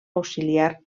auxiliar